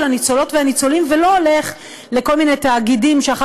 הניצולות והניצולים ולא הולך לכל מיני תאגידים שאחר